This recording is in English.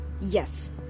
Yes